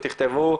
תכתבו,